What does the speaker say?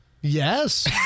Yes